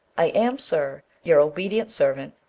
i am, sir, your obedient servant,